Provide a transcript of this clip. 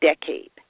decade